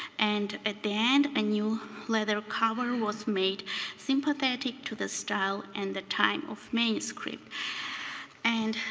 and at the end a new leather cover was made sympathetic to the style and the time of manuscript. and